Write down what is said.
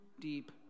deep